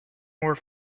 more